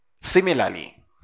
Similarly